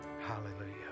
Hallelujah